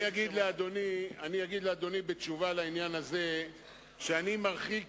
אני אגיד לאדוני בתשובה לעניין הזה שאני מרחיק